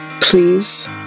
Please